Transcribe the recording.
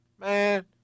man